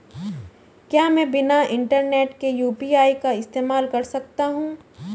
क्या मैं बिना इंटरनेट के यू.पी.आई का इस्तेमाल कर सकता हूं?